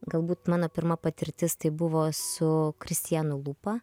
galbūt mano pirma patirtis tai buvo su kristianu lupa